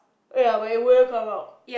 ya but it will come out